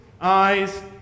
Eyes